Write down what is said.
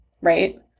right